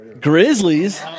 Grizzlies